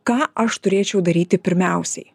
ką aš turėčiau daryti pirmiausiai